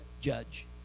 judge